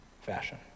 fashion